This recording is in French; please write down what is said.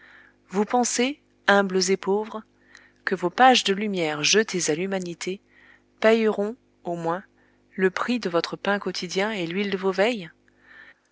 vous pensez humbles et pauvres que vos pages de lumière jetées à l'humanité payeront au moins le prix de votre pain quotidien et l'huile de vos veilles